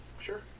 Sure